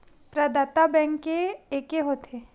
प्रदाता बैंक के एके होथे?